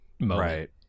Right